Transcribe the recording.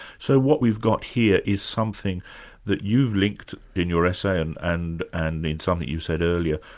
so what we've got here is something that you've linked, in your essay and and and in something you said earlier,